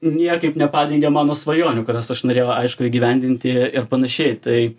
niekaip nepadengė mano svajonių kurias aš norėjau aišku įgyvendinti ir panašiai tai